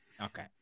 okay